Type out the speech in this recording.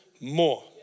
more